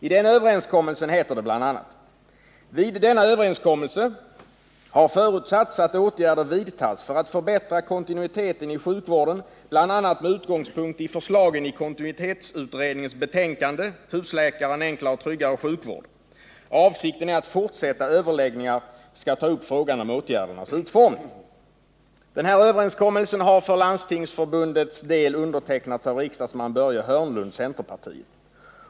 I den överenskommelsen heter det bl.a.: ”Vid denna överenskommelse har förutsatts att åtgärder vidtas för att förbättra kontinuiteten i sjukvården bla med utgångspunkt i förslagen i kontinuitetsutredningens betänkande Husläkare — en enklare och tryggare sjukvård. Avsikten är att i fortsatta överläggningar ta upp frågan om åtgärdernas utformning m m.” Överenskommelsen har för Landstingsförbundets del undertecknats av riksdagsman Börje Hörnlund .